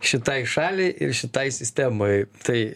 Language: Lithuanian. šitai šaliai ir šitai sistemai tai